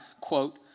quote